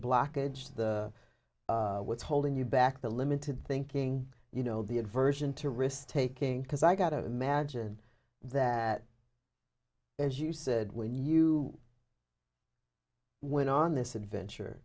blockage the what's holding you back the limited thinking you know the inversion to risk taking because i got a magine that as you said when you went on this adventure